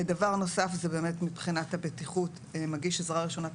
דבר נוסף זה באמת מבחינת הבטיחות מגיש עזרה ראשונה,